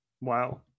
Wow